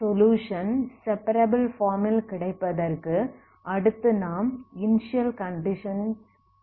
solution separable form ல் கிடைப்பதற்கு அடுத்து நாம் இனிஸியல் கண்டிஷன்ஸ் அப்ளை பண்ணவேண்டும்